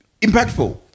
Impactful